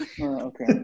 Okay